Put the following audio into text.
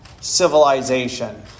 civilization